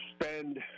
spend